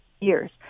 years